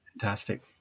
Fantastic